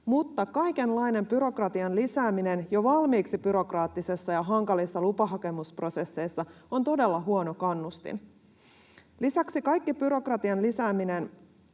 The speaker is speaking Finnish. mutta kaikenlainen byrokratian lisääminen jo valmiiksi byrokraattisissa ja hankalissa lupahakemusprosesseissa on todella huono kannustin. Lisäksi kaikki byrokratian lisääminen